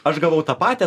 aš gavau tą patį